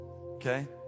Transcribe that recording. okay